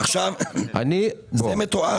זה מתועד.